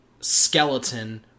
skeleton